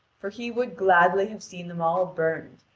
for he would gladly have seen them all burned,